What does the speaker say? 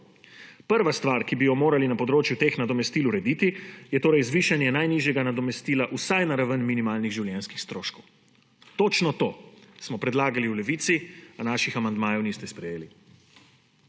Prva stvar, ki bi jo morali na področju teh nadomestil urediti, je torej zvišanje najnižjega nadomestila vsaj na raven minimalnih življenjskih stroškov. Točno to smo predlagali v Levici, pa naših amandmajev niste sprejeli.